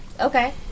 Okay